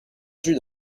just